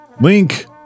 Link